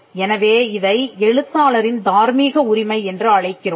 எனவே இதை எழுத்தாளரின் தார்மீக உரிமை என்று அழைக்கிறோம்